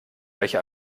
welche